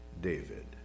David